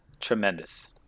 Tremendous